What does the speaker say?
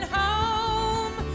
home